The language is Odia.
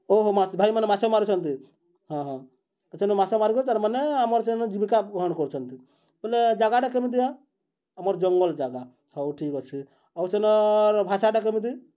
ଓହୋ ହ ଭାଇମାନେ ମାଛ ମାରୁଛନ୍ତି ହଁ ହଁ ସେନ ମାଛ ମାରିକରି ତାର୍ମାନେ ଆମର୍ ସେନ ଜୀବିକା ଗ୍ରହଣ କରୁଛନ୍ତି ବେଲେ ଜାଗାଟା କେମିତିଆ ଆମର୍ ଜଙ୍ଗଲ୍ ଜାଗା ହଉ ଠିକ୍ ଅଛି ଆଉ ସେନର୍ ଭାଷାଟା କେମିତି